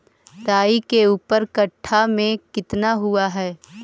राई के ऊपर कट्ठा में कितना हुआ है?